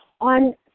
on